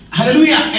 Hallelujah